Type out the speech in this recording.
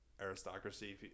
aristocracy